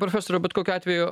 profesoriau bet kokiu atveju